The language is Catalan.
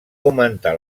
augmentar